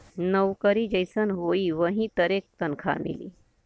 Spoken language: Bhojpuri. नउकरी जइसन होई वही तरे तनखा मिली